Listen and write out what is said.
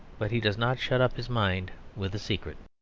but he does not shut up his mind with a secret.